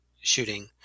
shooting